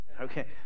Okay